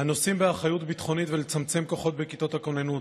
הנושאים באחריות ביטחונית ולצמצם כוחות בכיתות הכוננות.